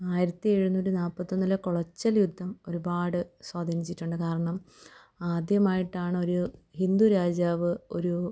ആയിരത്തി എഴുനൂറ്റി നാൽപ്പത്തൊന്നിലെ കൊളച്ചിൽ യുദ്ധം ഒരുപാട് സ്വാധീനിച്ചിട്ടുണ്ട് കാരണം ആദ്യമായിട്ടാണ് ഒരു ഹിന്ദു രാജാവ് ഒരു